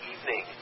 evening